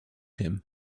him